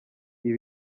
ibi